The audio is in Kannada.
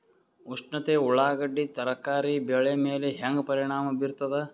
ಉಷ್ಣತೆ ಉಳ್ಳಾಗಡ್ಡಿ ತರಕಾರಿ ಬೆಳೆ ಮೇಲೆ ಹೇಂಗ ಪರಿಣಾಮ ಬೀರತದ?